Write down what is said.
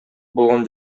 болгон